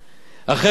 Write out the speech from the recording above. אגבאריה,